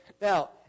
Now